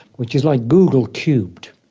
which is like google cubed.